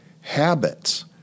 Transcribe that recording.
habits